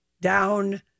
down